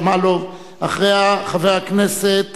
שמאלוב-ברקוביץ, אחריה, חבר הכנסת